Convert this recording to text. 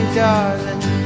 darling